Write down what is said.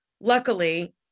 luckily